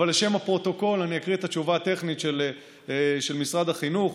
אבל לשם הפרוטוקול אני אקריא את התשובה הטכנית של משרד החינוך.